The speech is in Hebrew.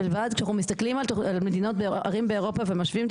כשאנחנו מסתכלים על ערים באירופה ומשווים את